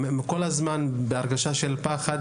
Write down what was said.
הם כל הזמן בהרגשה של פחד